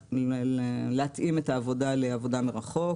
היה צריך להתאים את העבודה לעבודה מרחוק.